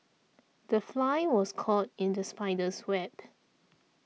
the fly was caught in the spider's web